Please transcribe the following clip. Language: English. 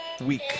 week